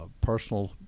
personal